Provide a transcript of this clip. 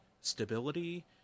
stability